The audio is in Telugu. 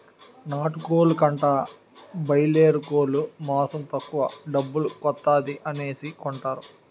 నాటుకోలు కంటా బాయలేరుకోలు మాసం తక్కువ డబ్బుల కొత్తాది అనేసి కొనుకుంటారు